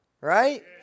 right